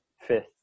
fifth